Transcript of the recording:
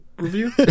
Review